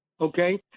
okay